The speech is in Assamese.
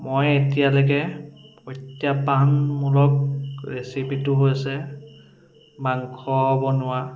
মই এতিয়ালৈকে প্ৰত্যাহ্বানমূলক ৰেচিপিটো হৈছে মাংস বনোৱা